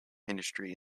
industry